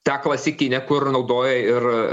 ta klasikinė kur naudoja ir